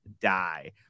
die